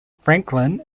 franklin